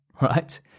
right